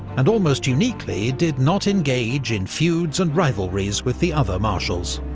and almost uniquely, did not engage in feuds and rivalries with the other marshals.